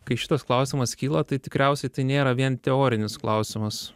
kai šitas klausimas kyla tai tikriausiai tai nėra vien teorinis klausimas